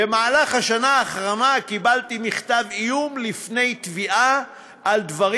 במהלך השנה האחרונה קיבלתי מכתב איום לפני תביעה על דברים